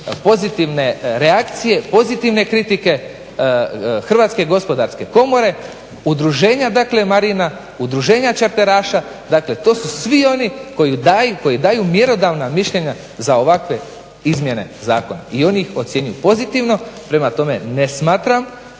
pozitivne reakcije, pozitivne kritike HGK-a, Udruženja dakle marina, Udruženja čarteraša. Dakle, to su svi oni koji daju mjerodavna mišljenja za ovakve izmjene zakona. I oni ih ocjenjuju pozitivno, prema tome ne smatram